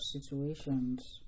situations